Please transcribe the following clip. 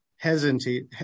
Hesitate